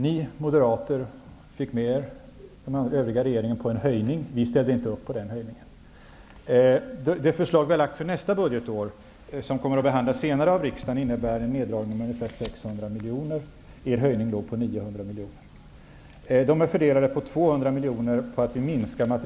Ni Moderater fick med er den övriga regeringen på en höjning. Vi ställde inte upp på den höjningen. Det förslag som vi har lagt fram gällande nästa budgetår, som kommer att behandlas senare av riksdagen, innebär en neddragning med ungefär 600 miljoner. Ni ville ha en höjning på 900 miljoner. Dessa 600 miljoner fördelar sig på följande sätt.